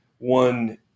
one